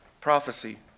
prophecy